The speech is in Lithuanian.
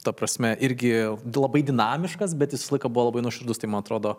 ta prasme irgi labai dinamiškas bet jis visą laiką buvo labai nuoširdus tai man atrodo